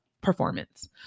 performance